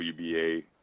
WBA